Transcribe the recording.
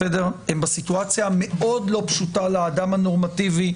זוהי סיטואציה מאוד לא פשוטה לאדם הנורמטיבי,